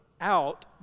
out